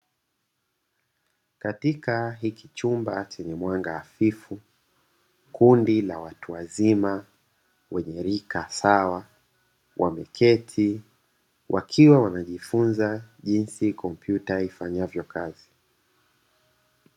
Katika hiki chumba chenye mwanga hafifu, kundi la watu wazima wenye rika sawa wameketi wakiwa wanajifunza jinsi kompyuta ifanyavyo kazi.